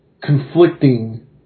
conflicting